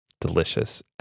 Delicious